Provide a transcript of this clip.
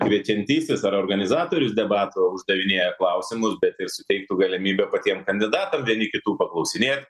kviečiantysis ar organizatorius debatų uždavinėja klausimus bet ir suteiktų galimybę patiem kandidatam vieni kitų paklausinėt